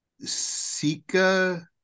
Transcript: Sika